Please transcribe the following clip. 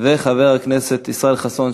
חבר הכנסת חסון,